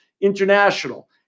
International